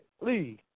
Please